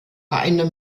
einer